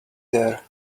there